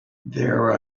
there